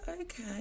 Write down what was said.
okay